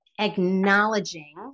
acknowledging